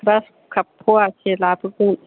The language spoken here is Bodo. ग्रासखाप फवासे लाबोगोन